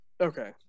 Okay